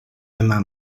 emma